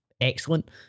excellent